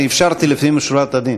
אני אפשרתי לפנים משורת הדין.